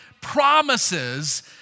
promises